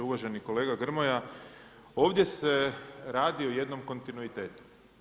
Uvaženi kolega Grmoja, ovdje se radi o jednom kontinuitetu.